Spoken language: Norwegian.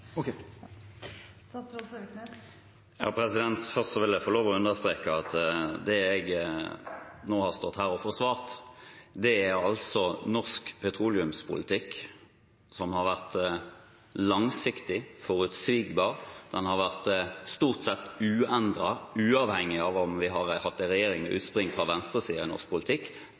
Først vil jeg få lov til å understreke at det jeg nå har stått her og forsvart, er norsk petroleumspolitikk, som har vært langsiktig og forutsigbar. Den har vært stort sett uendret, uavhengig av om vi har hatt en regjering med utspring fra venstresiden eller fra høyresiden i norsk politikk.